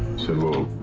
so,